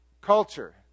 culture